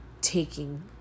taking